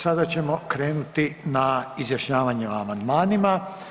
Sada ćemo krenuti na izjašnjavanje o amandmanima.